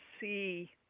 see